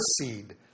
seed